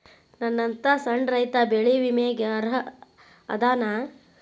ನನ್ನಂತ ಸಣ್ಣ ರೈತಾ ಬೆಳಿ ವಿಮೆಗೆ ಅರ್ಹ ಅದನಾ?